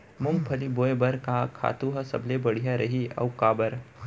मूंगफली बोए बर का खातू ह सबले बढ़िया रही, अऊ काबर?